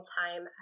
time